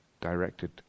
directed